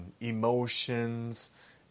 emotions